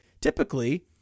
typically